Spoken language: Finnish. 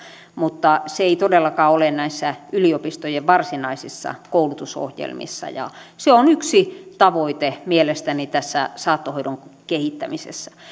mutta se ei todellakaan ole näissä yliopistojen varsinaisissa koulutusohjelmissa ja se on yksi tavoite mielestäni tässä saattohoidon kehittämisessä